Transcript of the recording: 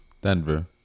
Denver